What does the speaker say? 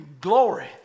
Glory